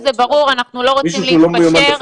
זה ברור, אנחנו לא רוצים להתפשר.